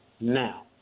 now